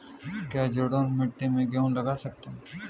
क्या जलोढ़ मिट्टी में गेहूँ लगा सकते हैं?